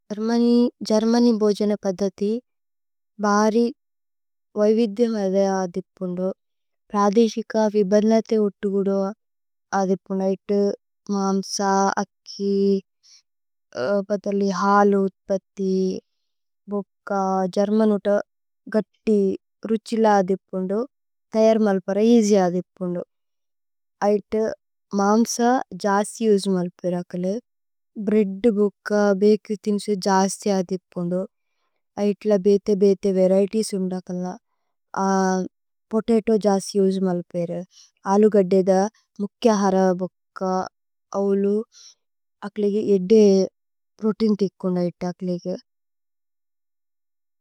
Germany ബോജന പദ്ദഥി ബാരി വൈവിദ്യ മധേ। ആദിപുന്ദു പ്രദേശിക വിബര്നതേ ഉത്കുദു ആദിപുന്ദു। ഐതു മാമ്സ അക്കി പദ്ദലി ഹാലു। ഉത്പത്തി ബോക്ക ഗേര്മന് ഉത ഗത്തി രുഛില ആദിപുന്ദു। തൈര് മല്പര ഏജി ആദിപുന്ദു ഐതു മാമ്സ ജസി। ഉജ്മല്പിര കലു ഭ്രേഅദ് ബോക്ക ബേക്രി ഥിന്സു ജസി। ആദിപുന്ദു ഐതുല ബേതേ ബേതേ വരിഏതിഏസ് ഉന്ദകല്ന। പോതേതോ ജസി ഉജ്മല്പിര। ആലു ഗദ്ദേ ദ മുക്കിഅ ഹര ബോക്ക ഔലു। അക്ലിഗേ ഏദ്ദേ പ്രോതേഇന് ഥികുന്ദു ഐതക്ലിഗേ।